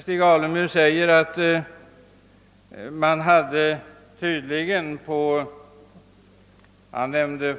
Stig Alemyr nämnde ett par partikanslier.